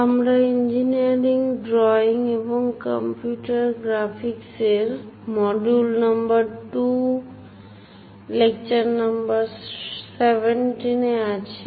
আমরা engineering drawing এবং computer graphics এর মডিউল নম্বর 2 লেকচার নম্বর 17 তে আছি